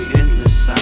endless